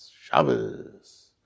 Shabbos